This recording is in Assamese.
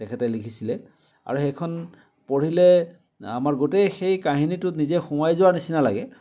তেখেতে লিখিছিলে আৰু সেইখন পঢ়িলে আমাৰ গোটেই সেই কাহিনীটোত নিজে সোমাই যোৱাৰ নিচিনা লাগে